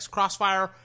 Crossfire